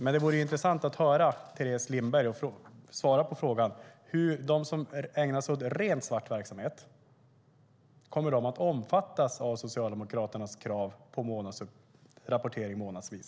Det vore intressant att höra Teres Lindberg svara på frågan om de som ägnar sig åt ren svart verksamhet kommer att omfattas av Socialdemokraternas krav på rapportering månadsvis.